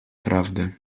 prawdy